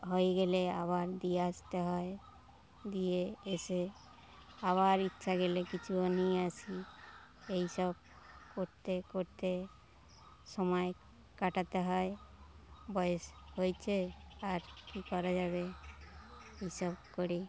হয়ে গেলে আবার দিয়ে আসতে হয় দিয়ে এসে আবার ইচ্ছা গেলে কিছুও নিয়ে আসি এই সব করতে করতে সময় কাটাতে হয় বয়স হয়েছে আর কী করা যাবে এই সব করি